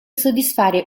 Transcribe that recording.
soddisfare